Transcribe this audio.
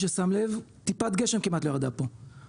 אי-אפשר להפוך את המאגרים ואת המט"שים למקור כספי.